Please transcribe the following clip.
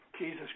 Jesus